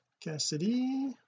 Cassidy